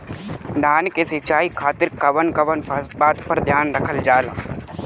धान के सिंचाई खातिर कवन कवन बात पर ध्यान रखल जा ला?